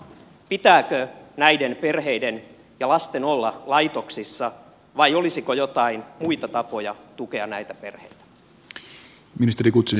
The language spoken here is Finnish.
pitääkö näiden perheiden ja lasten olla laitoksissa vai olisiko joitain muita tapoja tukea näitä perheitä